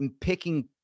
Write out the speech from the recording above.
picking